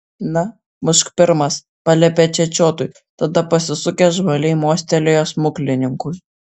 na mušk pirmas paliepė čečiotui tada pasisukęs žvaliai mostelėjo smuklininkui